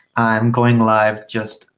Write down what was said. i'm going live just,